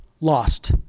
Lost